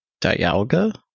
Dialga